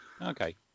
okay